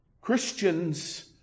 Christians